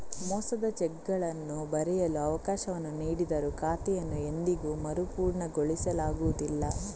ಮೋಸದ ಚೆಕ್ಗಳನ್ನು ಬರೆಯಲು ಅವಕಾಶವನ್ನು ನೀಡಿದರೂ ಖಾತೆಯನ್ನು ಎಂದಿಗೂ ಮರುಪೂರಣಗೊಳಿಸಲಾಗುವುದಿಲ್ಲ